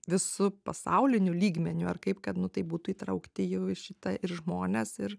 visu pasauliniu lygmeniu ar kaip kad nu tai būtų įtraukti jau į šitą ir žmonės ir